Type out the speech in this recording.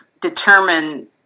determine